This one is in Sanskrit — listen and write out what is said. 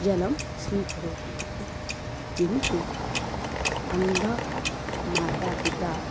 जलं स्वीकरोतु इति किन्तु अन्धौ माता पिता